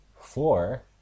Four